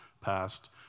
passed